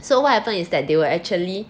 so what happened is that they will actually